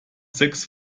sechs